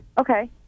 Okay